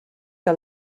que